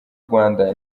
rwanda